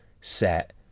set